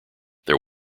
there